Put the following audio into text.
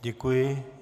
Děkuji.